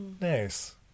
Nice